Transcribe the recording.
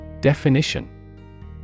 Definition